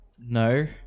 No